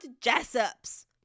Jessup's